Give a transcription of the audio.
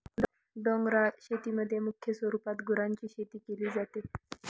डोंगराळ शेतीमध्ये मुख्य स्वरूपात गुरांची शेती केली जाते